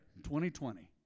2020